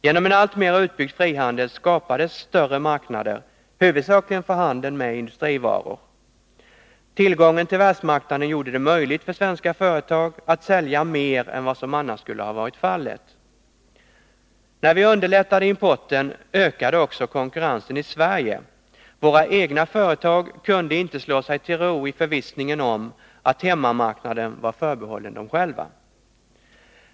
Genom en alltmer utbyggd frihandel skapades större marknader huvudsakligen för handeln med industrivaror. Tillgången till världsmarknaden gjorde det möjligt för de svenska företagen att sälja mer än vad som annars skulle ha varit fallet. När vi underlättade importen ökade också konkurrensen i Sverige. Våra egna företag kunde inte slå sig till ro i förvissningen om att hemmamarknaden var förbehållen dem själva.